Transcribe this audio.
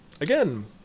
again